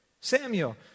Samuel